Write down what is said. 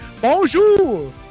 Bonjour